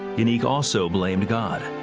unique also blamed god.